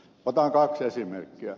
otan kaksi esimerkkiä